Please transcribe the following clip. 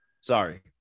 Sorry